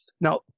Now